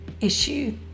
issue